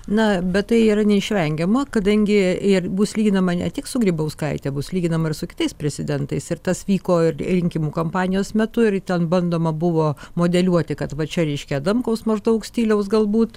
na bet tai yra neišvengiama kadangi ir bus lyginama ne tik su grybauskaite bus lyginama ir su kitais prezidentais ir tas vyko ir rinkimų kampanijos metu ir ten bandoma buvo modeliuoti kad va čia reiškia adamkaus maždaug stiliaus galbūt